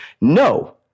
No